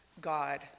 God